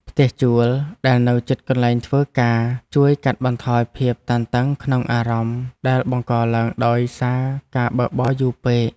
ផ្ទះជួលដែលនៅជិតកន្លែងធ្វើការជួយកាត់បន្ថយភាពតានតឹងក្នុងអារម្មណ៍ដែលបង្កឡើងដោយសារការបើកបរយូរពេក។